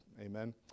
Amen